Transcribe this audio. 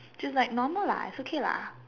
just like normal lah it's okay lah